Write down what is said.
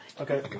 Okay